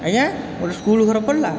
ଆଜ୍ଞା ଗୋଟେ ସ୍କୁଲ୍ ଘର ପଡ଼ିଲା